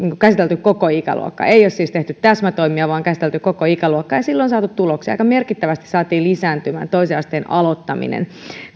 käsitelty koko ikäluokka ei ole siis tehty täsmätoimia vaan käsitelty koko ikäluokka ja silloin on saatu tuloksia aika merkittävästi saatiin lisääntymään toisen asteen aloittaminen